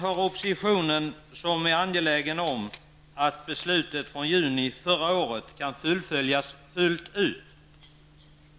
Inom oppositionen är man angelägen om att beslutet från juni förra året kan fullföljas fullt ut, och man har